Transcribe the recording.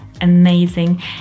amazing